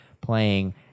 playing